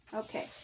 okay